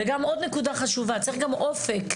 וגם עוד נקודה חשובה צריך אופק.